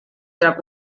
trac